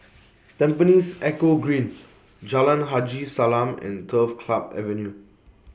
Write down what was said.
Tampines Eco Green Jalan Haji Salam and Turf Club Avenue